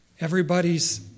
Everybody's